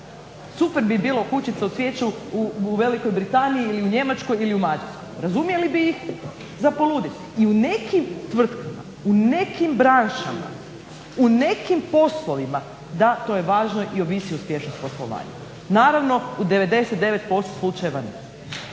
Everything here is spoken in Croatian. Super bi bilo "Kućica u cvijeću" u Velikoj Britaniji ili u Njemačkoj ili u Mađarskoj. Razumjeli bi ih za poludit. I u nekim tvrtkama, u nekim branšama, u nekim poslovima da to je važno i ovisi o uspješnosti poslovanja. Naravno u 99% slučajeva ne.